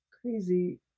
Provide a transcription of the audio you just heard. Crazy